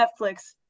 Netflix